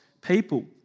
people